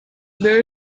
there